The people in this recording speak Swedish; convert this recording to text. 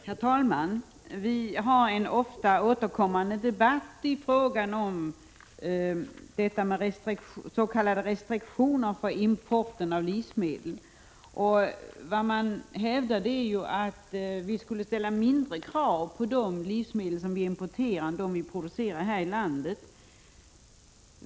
Herr talman! Vi har en ofta återkommande debatt i frågan om s.k. restriktioner för importen av livsmedel. Man hävdar att vi skulle ställa mindre krav på de livsmedel som vi importerar än på dem som vi producerar här i landet.